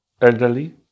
elderly